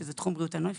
שזה תחום בריאות הנפש.